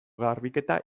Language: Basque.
garbiketa